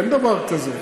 אין דבר כזה.